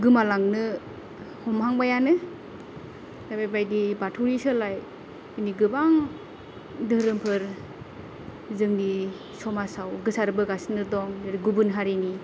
गोमालांनो हमहांबायानो दा बेबादि बाथौनि सोलाय गोबां धोरोमफोर जोंनि समाजाव गोसारबोगासिनो ओरै गुबुन हारिनि